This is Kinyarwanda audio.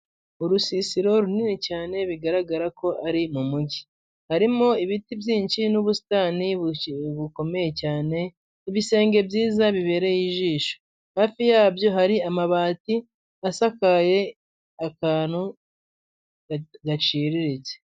Urusisiro runini cyane bigaragara ko ari mu mujyi, harimo ibiti byinshi n'busitani bukomeye cyane, ku bisenge byiza bibereye ijisho, hafi yabyo hari amabati asakaye akantu gaciriritse.